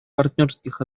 партнерских